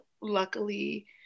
Luckily